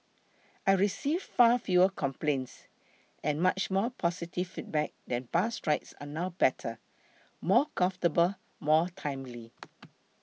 I receive far fewer complaints and much more positive feedback that bus rides are now better more comfortable more timely